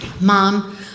Mom